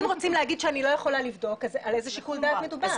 אם רוצים להגיד שאני לא יכולה לבדוק אז על איזה שיקול דעת מדובר?